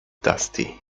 dusty